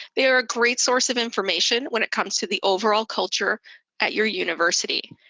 they are a great source of information when it comes to the overall culture at your university.